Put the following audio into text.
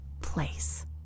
place